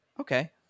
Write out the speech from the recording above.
okay